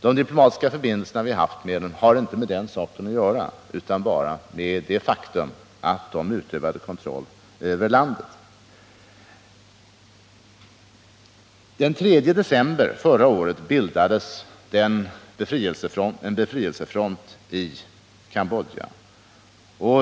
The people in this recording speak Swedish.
De diplomatiska förbindelser vi har haft med den har inte med den saken att göra utan bara med det faktum att den utövade kontroll över landet. Den 3 december förra året bildades en befrielsefront i Cambodja.